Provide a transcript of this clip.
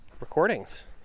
recordings